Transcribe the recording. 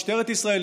משטרת ישראל,